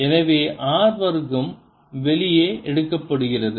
எனவே r வர்க்கம் வெளியே எடுக்கப்படுகிறது